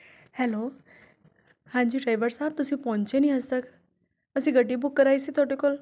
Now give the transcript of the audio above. hello ਹਾਂਜੀ driver ਸਾਬ੍ਹ ਤੁਸੀਂ ਪਹੁੰਚੇ ਨਹੀਂ ਅਜੇ ਤੱਕ ਅਸੀਂ ਗੱਡੀ ਬੁੱਕ ਕਰਵਾਈ ਸੀ ਤੁਹਾਡੇ ਕੋਲ